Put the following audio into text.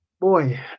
Boy